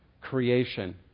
creation